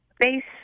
base